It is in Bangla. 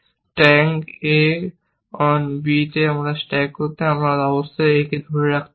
স্ট্যাক a on b তে একটি স্ট্যাক করতে আপনাকে অবশ্যই a কে ধরে রাখতে হবে